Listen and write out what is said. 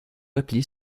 repli